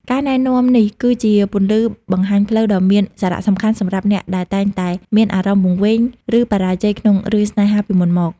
ការណែនាំនេះគឺជាពន្លឺបង្ហាញផ្លូវដ៏មានសារៈសំខាន់ សម្រាប់អ្នកដែលតែងតែមានអារម្មណ៍វង្វេង ឬបរាជ័យក្នុងរឿងស្នេហាពីមុនមក។